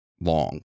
long